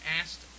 Asked